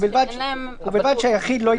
ובלבד שהיחיד לא התנגד לכך.